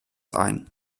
ein